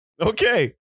Okay